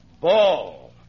Ball